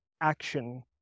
action